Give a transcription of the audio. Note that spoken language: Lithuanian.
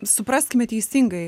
supraskime teisingai